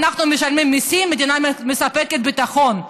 אנחנו משלמים מיסים, המדינה מספקת ביטחון.